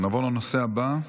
נעבור לנושא הבא,